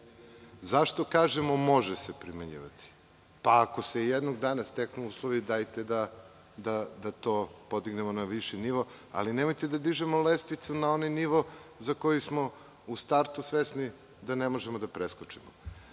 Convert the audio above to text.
Zašto kažemo može se primenjivati? Pa ako se jednog dana steknu uslovi dajte da to podignemo na viši nivo, ali nemojte da dižemo lestvicu na onaj nivo za koji smo u startu svesni da ne možemo da preskočimo. Čest